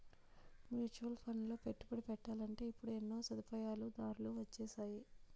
mutual ఫండ్లలో పెట్టుబడి పెట్టాలంటే ఇప్పుడు ఎన్నో సదుపాయాలు దారులు వొచ్చేసాయి